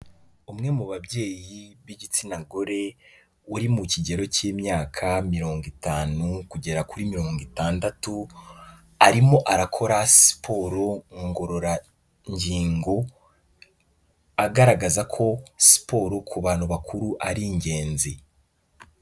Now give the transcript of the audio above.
Umwe mu babyeyi b'igitsina gore, uri mu kigero cy'imyaka mirongo itanu kugera kuri mirongo itandatu, arimo arakora siporo ngororangingo, agaragaza ko siporo ku bantu bakuru ari ingenzi.